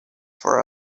for